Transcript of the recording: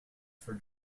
for